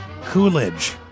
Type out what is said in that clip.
Coolidge